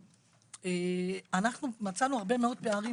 אנחנו מצאנו הרבה מאוד פערים